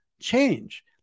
change